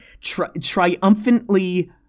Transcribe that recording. Triumphantly